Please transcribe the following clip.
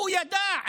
הוא ידע.